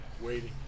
waiting